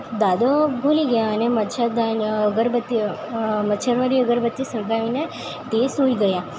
દાદા ભૂલી ગયા અને મચ્છર દા અગરબત્તી મચ્છર વારી અગરબત્તી સળગાવીને તે સૂઈ ગયા